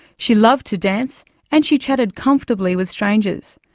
she loved to dance and she chatted comfortably with strangers.